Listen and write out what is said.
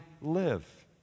live